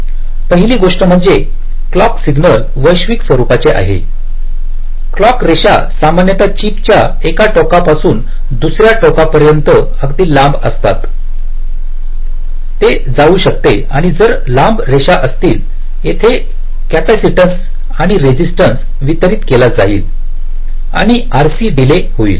पहिली गोष्ट म्हणजे क्लॉक सिग्नल वैश्विक स्वरुपाचा आहे क्लॉक रेषा सामान्यत चिप च्या एका टोकापासून दुसर्या टोकापर्यंत अगदी लांब असतात ते जाऊ शकते आणि जर लांब रेषा असतील येथे कॅपॅसितन्स आणि रेजिस्टन्स वितरित केले जाईल आणि RC डीले होईल